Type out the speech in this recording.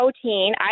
protein